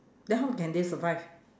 then how can they survive